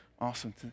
Awesome